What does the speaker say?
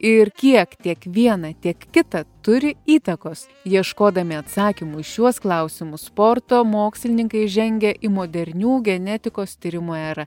ir kiek tiek viena tiek kita turi įtakos ieškodami atsakymų į šiuos klausimus sporto mokslininkai įžengia į modernių genetikos tyrimų erą